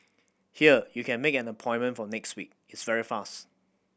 here you can make an appointment for next week it's very fast